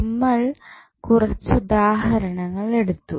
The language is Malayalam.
നമ്മൾ കുറച്ച് ഉദാഹരണങ്ങൾ എടുത്തു